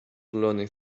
learning